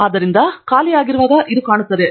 ಆದ್ದರಿಂದ ಖಾಲಿಯಾಗಿರುವಾಗ ಇದು ಕಾಣುತ್ತದೆ